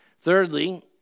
Thirdly